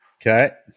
Okay